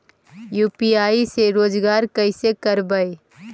UPI से रोजगार कैसे करबय?